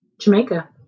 Jamaica